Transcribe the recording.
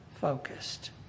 focused